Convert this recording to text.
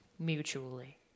Mutually